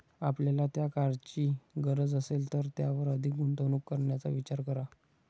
आपल्याला त्या कारची गरज असेल तरच त्यावर अधिक गुंतवणूक करण्याचा विचार करा